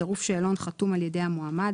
בצירוף שאלון חתום על ידי המועמד,